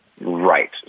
right